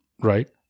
right